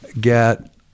get